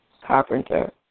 Carpenter